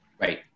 Right